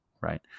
right